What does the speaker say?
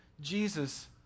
Jesus